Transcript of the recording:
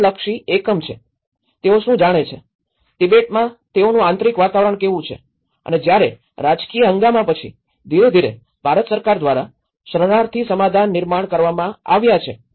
એક સ્થળલક્ષી એકમ છે તેઓ શું જાણે છે તિબેટમાં તેઓનું આંતરિક વાતાવરણ કેવું છે અને જ્યારે રાજકીય હંગામાં પછી ધીરે ધીરે ભારત સરકાર દ્વારા શરણાર્થી સમાધાન નિર્માણ કરવામાં આવ્યા છે